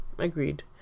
Agreed